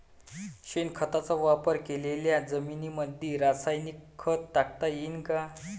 शेणखताचा वापर केलेल्या जमीनीमंदी रासायनिक खत टाकता येईन का?